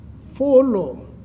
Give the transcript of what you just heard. follow